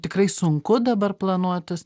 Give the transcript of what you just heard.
tikrai sunku dabar planuotis